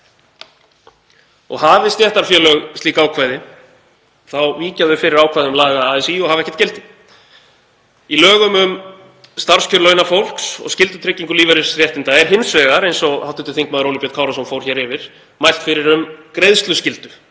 Og hafi stéttarfélög slík ákvæði þá víkja þau fyrir ákvæðum laga ASÍ og hafa ekkert gildi. Í lögum um starfskjör launafólks og skyldutryggingu lífeyrisréttinda er hins vegar, eins og hv. þm. Óli Björn Kárason fór yfir, mælt fyrir um greiðsluskyldu,